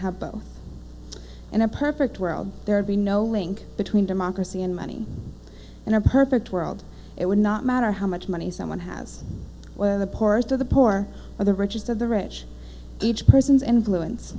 have both in a perfect world there would be no link between democracy and money in a perfect world it would not matter how much money someone has where the poorest of the poor or the richest of the rich each person's influence